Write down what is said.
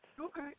Okay